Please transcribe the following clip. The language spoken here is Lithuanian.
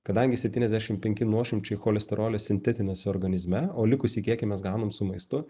kadangi septyniasdešim penki nuošimčiai cholesterolio sintetinasi organizme o likusį kiekį mes gaunam su maistu